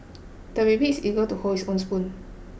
the baby is eager to hold his own spoon